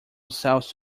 ourselves